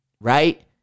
right